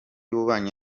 ububanyi